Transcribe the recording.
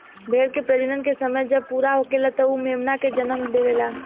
भेड़ के प्रजनन के समय जब पूरा होखेला त उ मेमना के जनम देवेले